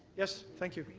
yes, thank you.